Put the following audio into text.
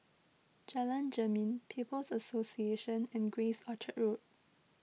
Jalan Jermin People's Association and Grace Orchard School